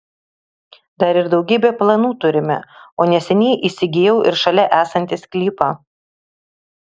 dar ir daugybę planų turime o neseniai įsigijau ir šalia esantį sklypą